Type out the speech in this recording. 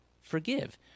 forgive